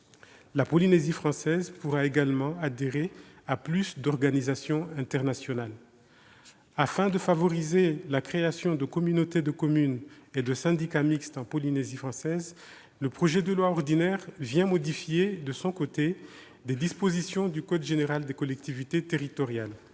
La Polynésie française pourra également adhérer à un plus grand nombre d'organisations internationales. Afin de favoriser la création de communautés de communes et de syndicats mixtes en Polynésie française, le projet de loi ordinaire modifie, de son côté, des dispositions du code général des collectivités territoriales.